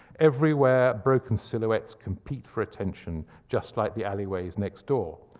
everywhere broken silhouettes compete for attention, just like the alleyways next door.